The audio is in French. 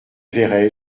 verrai